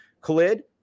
Khalid